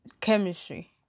chemistry